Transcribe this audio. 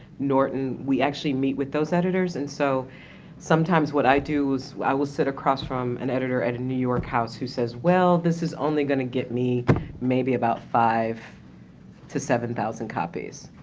norton we actually meet with those editors and so sometimes what i do is i will sit across from an editor at a new york house who says, well this is only going to get me maybe about five to seven thousand copies,